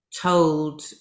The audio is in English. told